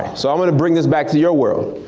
so i'm gonna bring this back to your world.